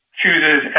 chooses